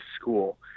school